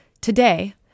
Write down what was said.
Today